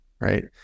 right